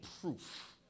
proof